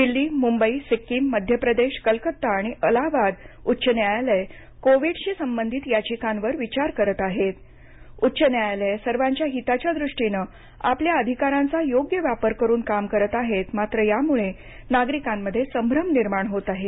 दिल्ली मुंबई सिक्कीम मध्य प्रदेश कलकत्ता आणि अलाहाबाद उच्च न्यायालय कोविडशी संबंधित याचिकांवर विचार करीत आहेत उच्च न्यायालय सर्वांच्या हिताच्या दृष्टीनं आपल्या अधिकारांचा योग्य वापर करून काम करत आहेत मात्र यामुळे नागरिकांमध्ये संभ्रम निर्माण होत आहे